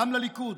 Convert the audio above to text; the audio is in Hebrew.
גם לליכוד,